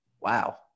wow